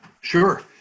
Sure